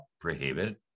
prohibit